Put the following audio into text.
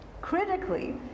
critically